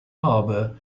harbor